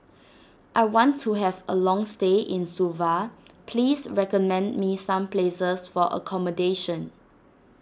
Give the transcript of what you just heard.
I want to have a long stay in Suva please recommend me some places for accommodation